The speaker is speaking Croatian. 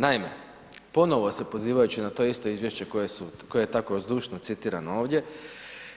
Naime, ponovno se pozivajući na to isto Izvješće koje je tako zdušno citirano ovdje,